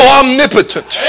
omnipotent